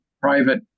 private